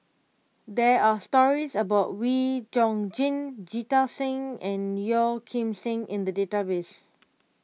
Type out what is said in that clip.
there are stories about Wee Chong Jin Jita Singh and Yeo Kim Seng in the database